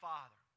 Father